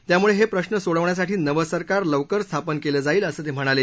त्यामुळे हे प्रश्न सोडवण्यासाठी नवं सरकार लवकरच स्थापन केलं जाईल असं ते म्हणाले